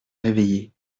réveillée